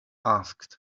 asked